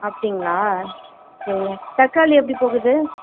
அப்படிங்களா சரிங்க தக்காளி எப்படி போகுது